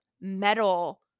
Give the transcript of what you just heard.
metal